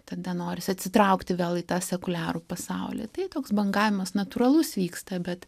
tada norisi atsitraukti vėl į tą sekuliarų pasaulį tai toks bangavimas natūralus vyksta bet